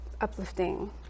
uplifting